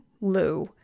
Lou